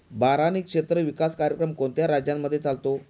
बारानी क्षेत्र विकास कार्यक्रम कोणत्या राज्यांमध्ये चालतो?